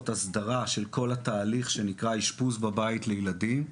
הסדרה של כל התהליך שנקרא אשפוז בבית לילדים.